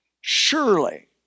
Surely